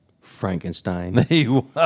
Frankenstein